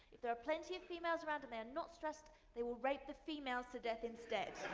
if there are plenty of females around and they are not stressed, they will rape the females to death instead.